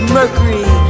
mercury